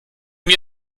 mir